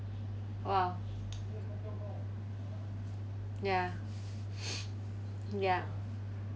!wow! ya ya